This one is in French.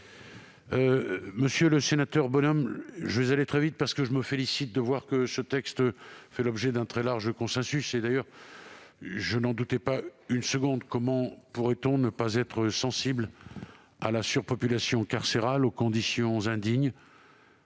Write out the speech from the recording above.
Monsieur le sénateur Bonhomme, ma réponse à votre intervention sera très rapide, parce que je me félicite de voir que ce texte fait l'objet d'un très large consensus. D'ailleurs, je n'en doutais pas une seconde : comment pourrait-on ne pas être sensible à la surpopulation carcérale et aux conditions indignes